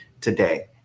today